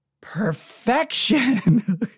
perfection